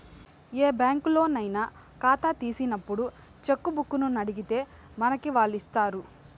ఏ బ్యాంకులోనయినా కాతా తీసినప్పుడు చెక్కుబుక్కునడిగితే మనకి వాల్లిస్తారు